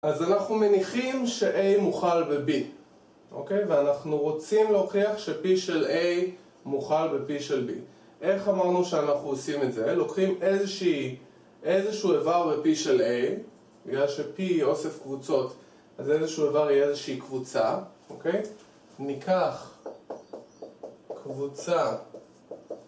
אז אנחנו מניחים ש-a מוכל ב-b ואנחנו רוצים להוכיח ש-p של a מוכל ב-p של b איך אמרנו שאנחנו עושים את זה? לוקחים איזשהו איבר ב-p של a בגלל ש-p היא אוסף קבוצות אז איזשהו איבר יהיה איזושהי קבוצה. ניקח קבוצה